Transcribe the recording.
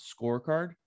scorecard